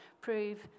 prove